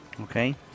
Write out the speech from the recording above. Okay